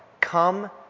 come